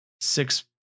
six